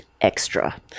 extra